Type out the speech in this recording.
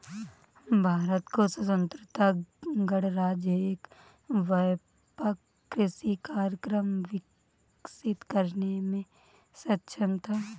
भारत का स्वतंत्र गणराज्य एक व्यापक कृषि कार्यक्रम विकसित करने में सक्षम था